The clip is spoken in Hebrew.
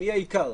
העיקר.